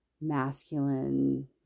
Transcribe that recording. masculine